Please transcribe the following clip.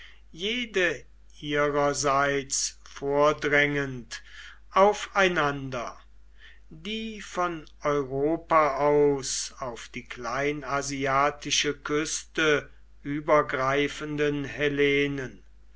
jede ihrerseits vordrängend auf einander die von europa aus auf die kleinasiatische küste übergreifenden hellenen